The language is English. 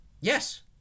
Yes